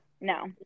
no